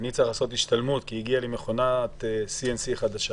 אני צריך לעשות השתלמות כי הגיעה לי מכונת CNC חדשה,